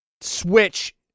Switch